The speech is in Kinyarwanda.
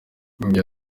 yagize